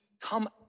come